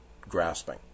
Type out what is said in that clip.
grasping